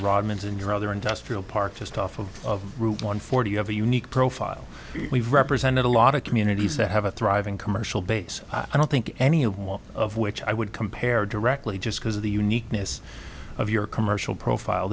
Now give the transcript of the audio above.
rodman's and your other industrial park just off of route one forty you have a unique profile we've represented a lot of communities that have a thriving commercial base i don't think any of one of which i would compare directly just because of the uniqueness of your commercial profile